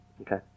Okay